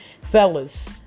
Fellas